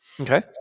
Okay